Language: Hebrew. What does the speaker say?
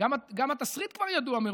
גם התסריט כבר ידוע מראש.